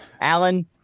Alan